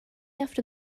after